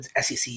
SEC